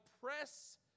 press